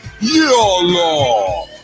YOLO